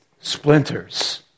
splinters